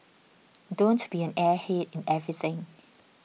don't be an airhead in everything